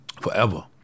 forever